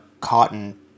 cotton